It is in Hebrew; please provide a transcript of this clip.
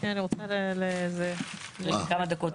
היא צריכה כמה דקות.